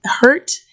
hurt